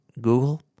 Google